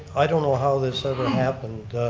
i don't know how this ever and happened,